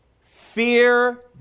Fear